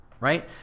right